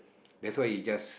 that's why he just